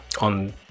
on